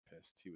pissed